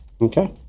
Okay